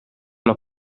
will